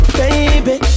baby